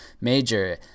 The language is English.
major